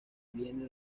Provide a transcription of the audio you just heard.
viene